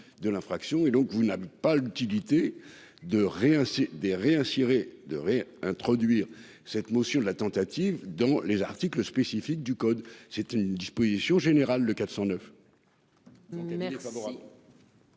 de l'infraction et donc vous n'avez pas l'utilité de réinsérer des réinsérés de ré-introduire cette notion de la tentative dans les articles spécifiques du code c'est une disposition générale de 409.